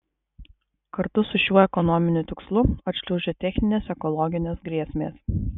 kartu su šiuo ekonominiu tikslu atšliaužia techninės ekologinės grėsmės